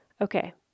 okay